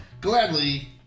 Gladly